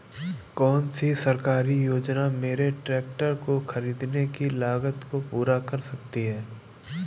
कौन सी सरकारी योजना मेरे ट्रैक्टर को ख़रीदने की लागत को पूरा कर सकती है?